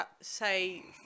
say